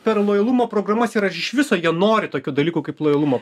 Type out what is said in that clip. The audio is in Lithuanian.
per lojalumo programas ir ar iš viso jie nori tokių dalykų kaip lojalumo